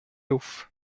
luf